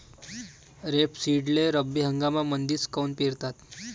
रेपसीडले रब्बी हंगामामंदीच काऊन पेरतात?